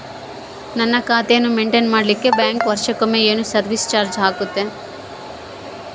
ನನ್ನ ಖಾತೆಯನ್ನು ಮೆಂಟೇನ್ ಮಾಡಿಲಿಕ್ಕೆ ಬ್ಯಾಂಕ್ ವರ್ಷಕೊಮ್ಮೆ ಏನು ಸರ್ವೇಸ್ ಚಾರ್ಜು ಹಾಕತೈತಿ?